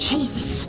Jesus